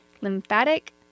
lymphatic